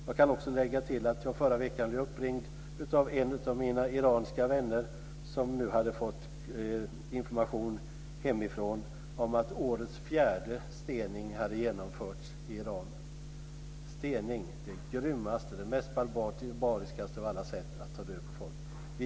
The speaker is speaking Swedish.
Jag kan också lägga till att jag förra veckan blev uppringd av en av mina iranska vänner, som nu hade fått information hemifrån om att årets fjärde stening hade genomförts i Iran. Stening är det grymmaste och det mest barbariska av alla sätt att ta död på folk.